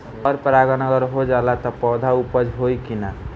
पर परागण अगर हो जाला त का पौधा उपज होई की ना?